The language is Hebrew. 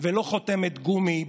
חברת הכנסת חיימוביץ',